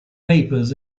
papers